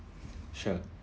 sure